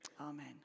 Amen